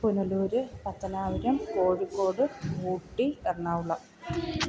പുനലൂർ പത്തനാപുരം കോഴിക്കോട്ട് ഊട്ടി എർണാകുളം